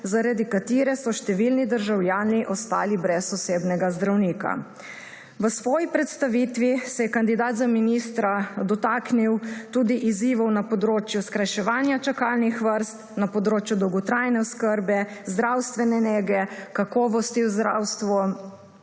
zaradi katere so številni državljani ostali brez osebnega zdravnika. V svoji predstavitvi se je kandidat za ministra dotaknil tudi izzivov na področju skrajševanja čakalnih vrst, na področju dolgotrajne oskrbe, zdravstvene nege, kakovosti v zdravstvu,